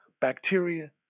bacteria